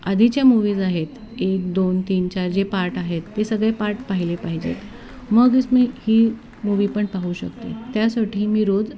आधीच्या मूव्हीज आहेत एक दोन तीन चार जे पार्ट आहेत ते सगळे पार्ट पाहिले पाहिजेत मगच मी ही मूव्ही पण पाहू शकते त्यासाठी मी रोज